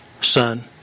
Son